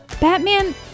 Batman